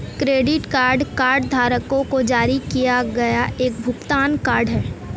credit card कार्डधारकों को जारी किया गया एक भुगतान कार्ड है